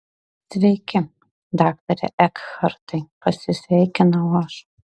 sveiki daktare ekhartai pasisveikinau aš